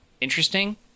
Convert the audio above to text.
interesting